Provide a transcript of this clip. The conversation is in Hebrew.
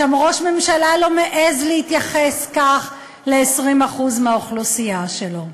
שם ראש ממשלה לא מעז להתייחס כך ל-20% מהאוכלוסייה שלו.